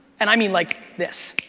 and i mean like this,